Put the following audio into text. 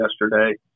yesterday